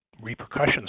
Repercussions